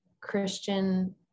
Christian